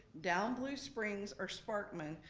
down blue springs or sparkman.